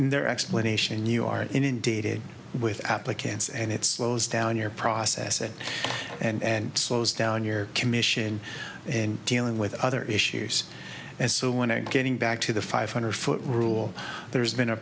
their explanation you are inundated with applicants and it's those down your process it and slows down your commission and dealing with other issues and so when i'm getting back to the five hundred foot rule there's been a